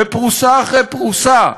בפרוסה אחרי פרוסה,